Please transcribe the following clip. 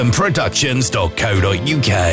productions.co.uk